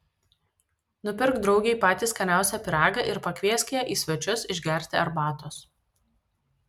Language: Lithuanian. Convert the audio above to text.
nupirk draugei patį skaniausią pyragą ir pakviesk ją į svečius išgerti arbatos